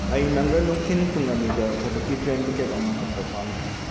ꯑꯩ ꯅꯪꯒ ꯅꯨꯡꯊꯤꯟ ꯄꯨꯡ ꯑꯅꯤꯗ ꯊꯕꯛꯀꯤ ꯇ꯭ꯔꯦꯟ ꯇꯤꯀꯦꯠ ꯑꯃ ꯀꯛꯄ ꯄꯥꯝꯏ